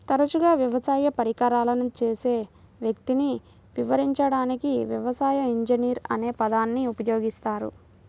తరచుగా వ్యవసాయ పరికరాలను చేసే వ్యక్తిని వివరించడానికి వ్యవసాయ ఇంజనీర్ అనే పదాన్ని ఉపయోగిస్తారు